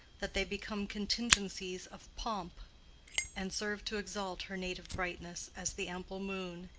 that they become contingencies of pomp and serve to exalt her native brightness, as the ample moon,